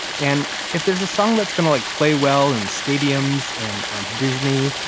and if there's a song that's going to like play well in stadiums and on disney,